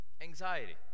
anxiety